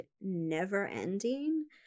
never-ending